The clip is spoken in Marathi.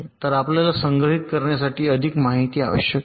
तर आपल्याला संग्रहित करण्यासाठी अधिक माहिती आवश्यक आहे